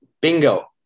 Bingo